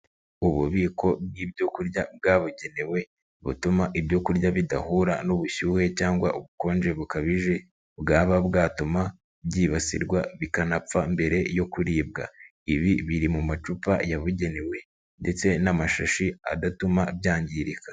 Ububiko bw'ibyo kurya bwabugenewe butuma ibyo kurya bidahura n'ubushyuhe cyangwa ubukonje bukabije bwaba bwatuma byibasirwa bikanapfa mbere yo kuribwa, ibi biri mu macupa yabugenewe ndetse n'amashashi adatuma byangirika.